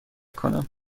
کنم